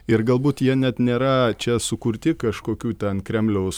ir galbūt jie net nėra čia sukurti kažkokių ten kremliaus